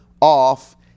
off